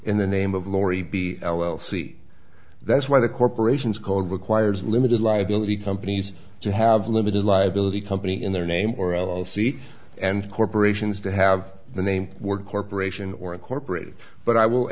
in the name of lori b l l c that's why the corporations called requires limited liability companies to have limited liability company in their name or l l c and corporations to have the name were corporation or incorporated but i will